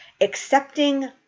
accepting